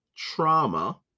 Trauma